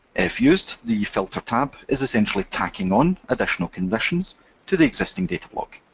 if used, the filter tab is essentially tacking on additional conditions to the existing datablock.